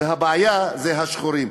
והבעיה זה השחורים.